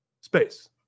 Space